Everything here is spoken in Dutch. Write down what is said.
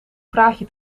praatje